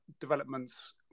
developments